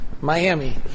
Miami